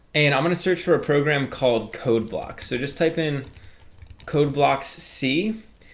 and i'm gonna search for a program called code block. so just type in code blocks c.